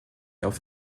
auf